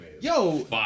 Yo